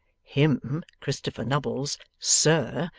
him christopher nubbles, sir,